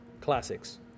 classics